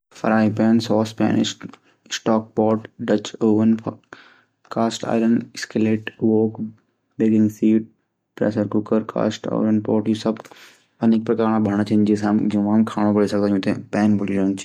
रसोईघर माँ पये जण वलि प्लेटूँ का प्रकार यि छिन -जनि-शीट पेन- यो भोजन तै अलग जगह रोखड़ों और स्वादिष्ट भूरा रंग पोड़ों ते येकु इस्तमाल किए जयन्दु।, जनि बेकिंग शीट -येते खाणों पकौड़ों ते बेकिंग शीटो इस्तमाल किए जयन्दु।, जनि ओवन बेयर केशरोल और लजानिया जन खाद्य पदार्थूं ते पकोंड़ो ते ओवन वेयरो इस्तमाल किये जयन्दु, जन बेक बेयर -ये फलों की पायी और केशरोल जन खाद्य पदार्थूं पकौणों ते बेकवेयरो इस्तमाल किये जयनु।